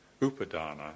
Upadana